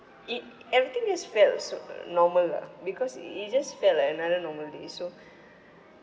it everything just felt so~ normal ah because it just felt like another normal day so